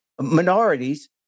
minorities